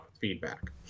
feedback